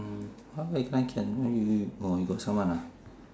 mm how come you can't can you you oh you got summon ah